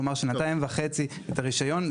כלומר שנתיים וחצי את הרישיון.